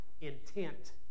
intent